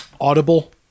audible